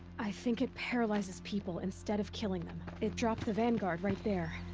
i think it paralyzes people, instead of killing them. it dropped the vanguard right there.